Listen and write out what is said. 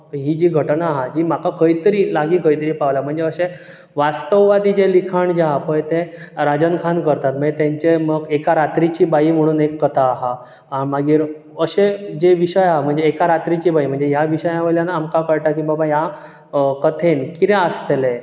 ही जी घटना आहा ती म्हाका खंय तरी लागीं खंय तरी पावला वास्तवादी जे लिखाण जें आहा पय तें राजन खान करतात म्हणजे तेंचे एका रात्रिची बायी म्हणून एक कथा आहा आं मागीर अशे जे विशय आहा म्हणजे एका रात्रिची बायी म्हणजे ह्या विशया वयल्यान आमकां कळटा की बाबा ह्या कथेंत कितें आसतलें